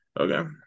Okay